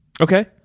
okay